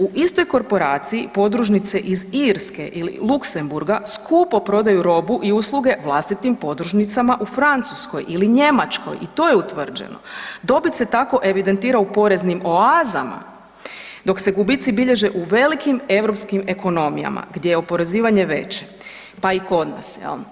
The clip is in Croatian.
U istoj korporaciji podružnice iz Irske ili iz Luxemburga skupo prodaju robu i usluge vlastitim podružnicama u Francuskoj ili Njemačkoj i to je utvrđeno, dobit se tako evidentira u poreznim oazama dok se gubici bilježe u velikim europskim ekonomijama gdje je oporezivanje veće, pa i kod nas.